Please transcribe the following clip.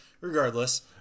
regardless